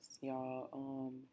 y'all